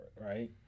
right